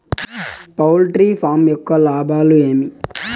poultry farm యొక్క లాభాలు ఏమి